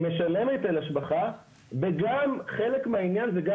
משלם היטל השבחה וגם חלק מהעניין זה גם